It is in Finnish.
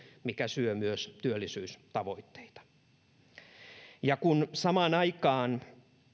mikä syö myös työllisyystavoitteita kun samaan aikaan